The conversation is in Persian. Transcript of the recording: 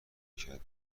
کردیم